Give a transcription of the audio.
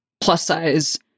plus-size